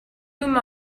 whom